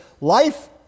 life